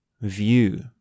view